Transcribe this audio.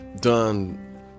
done